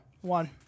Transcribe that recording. One